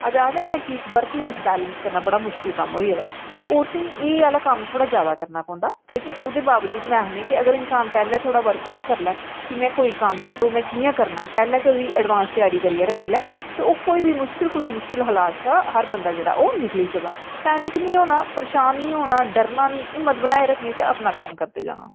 अजकल आखदे ना कि वर्क लाईफ बैलैंस करना बड़ा मुश्किल होई दा ते औरतें गी एह् आह्ला कम्म थोह्ड़ा जैदा करना पौंदा ते औह्दे बावजूद में आखनी आं कि इन्सान थोह्ड़ा वर्कआउट करी लै कि कोई कम्म ऐ ते ओह् में कि'यां करना पैह्लै गै ओह्दी अडवांस त्यारी करियै रखी लै ओह् कोई बी मुशकिल कौला मुशकिल हालात चा हर बंदा जेह्ड़ा ऐ ओह् निकली सकदा पैनिक नीं होना परेशान नीं होना ड़रना नीं हिम्मत बनाई रखनी ते अपना कम्म करदे रौना